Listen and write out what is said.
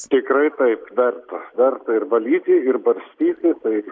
tikrai taip verta verta ir valyti ir barstyti tai